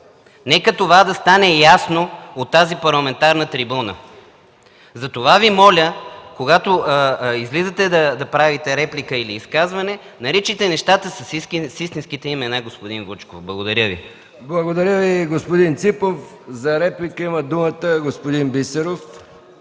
Нека това да стане ясно от тази парламентарна трибуна. Затова Ви моля, когато излизате да правите реплика или изказване, наричайте нещата с истинските им имена, господин Вучков. Благодаря Ви. ПРЕДСЕДАТЕЛ МИХАИЛ МИКОВ: Благодаря Ви, господин Ципов. За реплика има думата господин Бисеров.